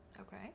Okay